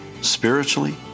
spiritually